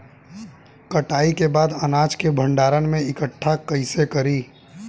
कटाई के बाद अनाज के भंडारण में इकठ्ठा कइसे करी?